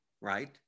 right